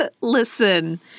Listen